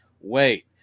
wait